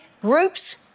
groups